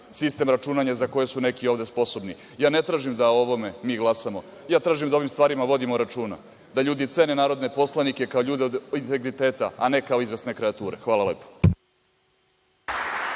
sistem računanja za koji su neki ovde sposobni. Ne tražim da o ovome glasamo. Tražimo da o ovim stvarima vodimo računa, da ljudi cene narodne poslanike kao ljude od integriteta, a ne kao izvesne kreature. Hvala lepo.